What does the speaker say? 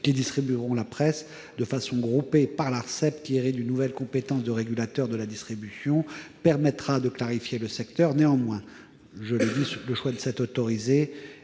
qui distribueront la presse de façon groupée, par l'Arcep, tiré d'une nouvelle compétence de régulateur de la distribution, permettra de clarifier le secteur. Néanmoins, le choix de cette autorité,